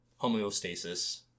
homeostasis